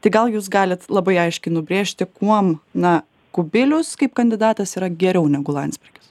tai gal jūs galit labai aiškiai nubrėžti kuom na kubilius kaip kandidatas yra geriau negu landsbergis